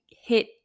hit